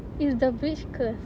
is the bridge curse